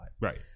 Right